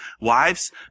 wives